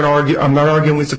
to argue i'm not arguing with the